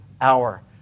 hour